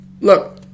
look